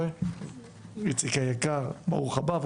איציק היקר ברוך הבא,